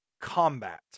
combat